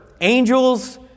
Angels